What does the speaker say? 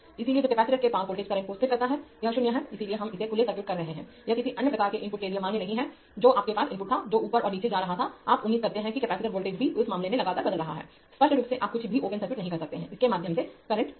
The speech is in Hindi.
इसलिए जब कैपेसिटर के पार वोल्टेज करंट को स्थिर करता है वह 0 है इसलिए हम इसे खुले सर्किट कर रहे हैं यह किसी अन्य प्रकार के इनपुट के लिए मान्य नहीं है जो आपके पास इनपुट था जो ऊपर और नीचे जा रहा था आप उम्मीद करते हैं कि कैपेसिटर वोल्टेज भी उस मामले में लगातार बदल रहा है स्पष्ट रूप से आप कुछ भी ओपन सर्किट नहीं कर सकते उसके माध्यम से करंट होगा